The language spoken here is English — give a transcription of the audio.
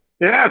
Yes